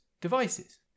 devices